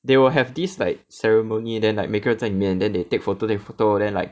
they will have this like ceremony then like 每个人在里面 then they take photo take photo then like